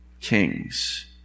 kings